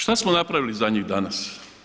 Šta smo napravili za njih danas?